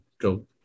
go